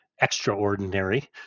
extraordinary